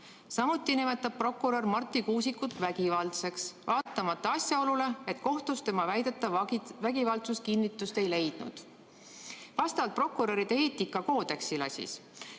Samuti nimetab prokurör Marti Kuusikut vägivaldseks, vaatamata asjaolule, et kohtus tema väidetav vägivaldsus kinnitust ei leidnud. Vastavalt prokuröride eetikakoodeksile